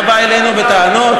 אתה בא אלינו בטענות?